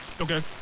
Okay